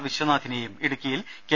വിശ്വനാഥിനെയും ഇടുക്കിയിൽ കെ